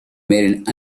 made